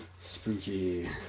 spooky